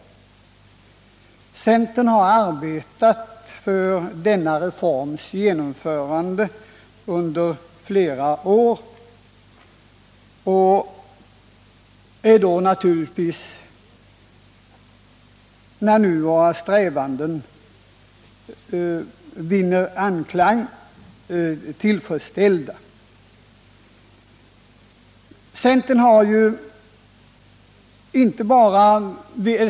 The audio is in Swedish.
Vi inom centern har arbetat för reformens genomförande under flera år och är naturligtvis tillfredsställda när våra strävanden nu vinner anklang.